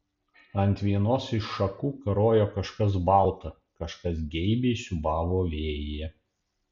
ant vienos iš šakų karojo kažkas balta kažkas geibiai siūbavo vėjyje